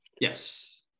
Yes